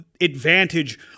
advantage